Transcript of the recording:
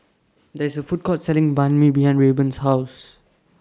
There IS A Food Court Selling Banh MI behind Rayburn's House